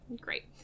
great